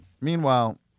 meanwhile